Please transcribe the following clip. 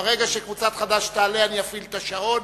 ברגע שקבוצת חד"ש תעלה, אני אפעיל את השעון.